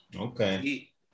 Okay